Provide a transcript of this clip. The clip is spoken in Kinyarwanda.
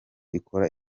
ikora